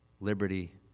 liberty